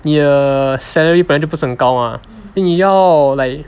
你的 salary 本来就不是很高 mah then 你要 like